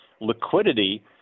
liquidity